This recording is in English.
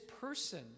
person